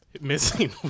Missing